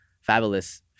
Fabulous